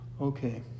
okay